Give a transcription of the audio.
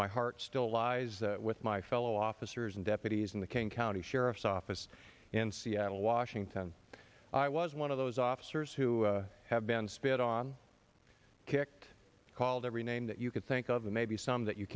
my heart still lies with my fellow officers and deputies in the king county sheriff's office in seattle washington i was one of those officers who have been spit on kicked called every name that you could think of maybe some that you